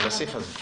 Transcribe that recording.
על הסעיף הזה.